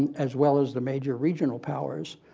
as well as the major regional powers,